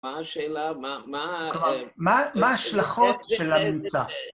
מה השאלה כלמור כלמור מה מה השלכות של הממצא?